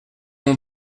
mon